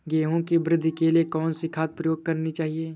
गेहूँ की वृद्धि के लिए कौनसी खाद प्रयोग करनी चाहिए?